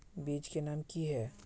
बीज के नाम की हिये?